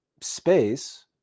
space